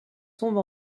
tombe